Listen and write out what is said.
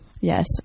Yes